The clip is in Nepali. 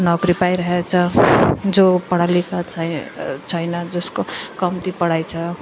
नोकरी पाइरहेछ जो पढालेखा छैन छैन जसको कम्ती पढाइ छ